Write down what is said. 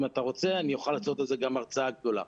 אם אתה רוצה אני אוכל לעשות על זה גם הרצאה גדולה,